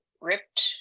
Ripped